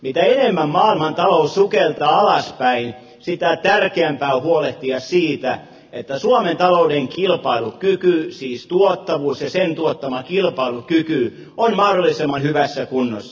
mitä enemmän maailmantalous sukeltaa alaspäin sitä tärkeämpää on huolehtia siitä että suomen talouden kilpailukyky siis tuottavuus ja sen tuottama kilpailukyky on mahdollisimman hyvässä kunnossa